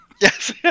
Yes